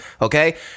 Okay